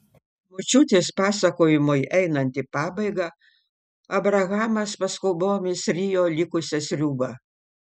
močiutės pasakojimui einant į pabaigą abrahamas paskubomis rijo likusią sriubą